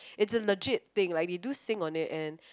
it's a legit thing like they do sing on it and